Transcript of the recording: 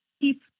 keep